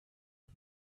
man